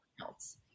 else